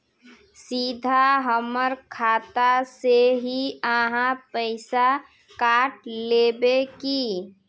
सीधा हमर खाता से ही आहाँ पैसा काट लेबे की?